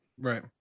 Right